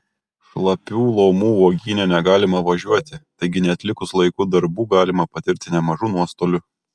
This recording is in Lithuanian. šlapių lomų uogyne negalima važiuoti taigi neatlikus laiku darbų galima patirti nemažų nuostolių